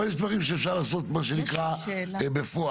אבל יש דברים שצריך לעשות, מה שנקרא, בפועל.